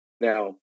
Now